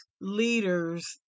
leaders